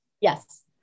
Yes